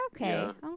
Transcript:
okay